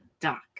Doc